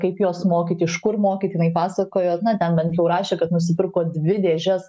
kaip juos mokyti iš kur mokyt jinai pasakojo na ten bent jau rašė kad nusipirko dvi dėžes